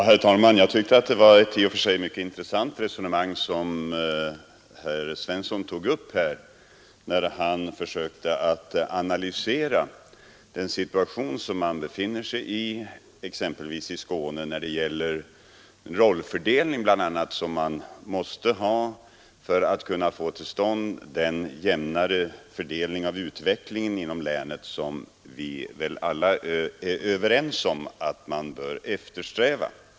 Herr talman! Det var ett i och för sig mycket intressant resonemang som herr Svensson i Malmö tog upp, när han försökte analysera den situation man befinner sig i bl.a. när det gäller den rollfördelning man måste ha för att kunna få till stånd den jämnare fördelning av utvecklingen inom länet som vi väl alla är ense om att man bör eftersträva.